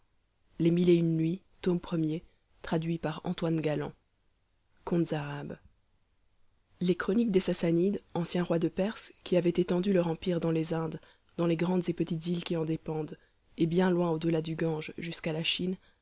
cxlix nuit contes arabes les chroniques des sassanides anciens rois de perse qui avaient étendu leur empire dans les indes dans les grandes et petites îles qui en dépendent et bien loin au delà du gange jusqu'à la chine